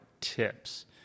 tips